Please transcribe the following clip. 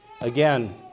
Again